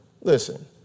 listen